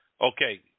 Okay